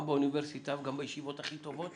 גם באוניברסיטה וגם בישיבות הכי טובות